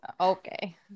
Okay